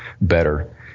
better